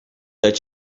dat